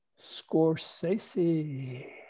Scorsese